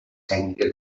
tècniques